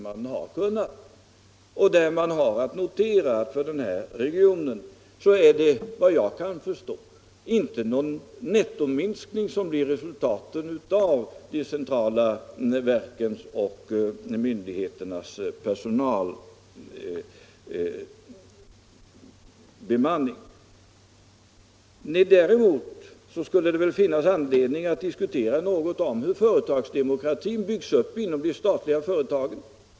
Man kan också notera att resultatet för den här regionen såvitt jag förstår inte blir någon nettominskning av de centrala verkens och myndigheternas personalstyrka. Däremot skulle det finnas anledning att diskutera hur företagsdemokratin byggs upp inom de statliga företagen.